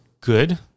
good